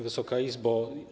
Wysoka Izbo!